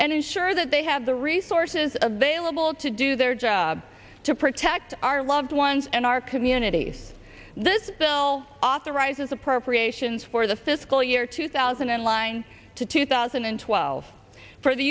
and ensure that they have the resources available to do their job to protect our loved ones and our communities this bill authorizes appropriations for the fiscal year two thousand and line to two thousand and twelve for the